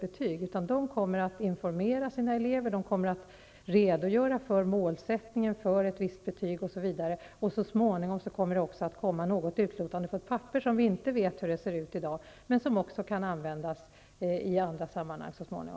Lärarna kommer att informera sina elever, redogöra för målsättningen för ett visst betyg osv. Så småningom kommer det också att komma någon form av utlåtande på ett papper, som vi i dag inte vet hur det skall se ut, men som skall kunna användas i andra sammanhang.